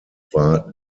war